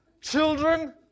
children